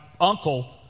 uncle